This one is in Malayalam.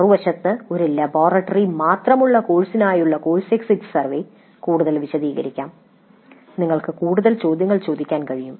മറുവശത്ത് ഒരു ലബോറട്ടറി മാത്രമുള്ള കോഴ്സിനായുള്ള കോഴ്സ് എക്സിറ്റ് സർവേ കൂടുതൽ വിശദീകരിക്കാം നിങ്ങൾക്ക് കൂടുതൽ ചോദ്യങ്ങൾ ചോദിക്കാൻ കഴിയും